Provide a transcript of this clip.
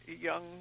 young